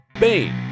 Bane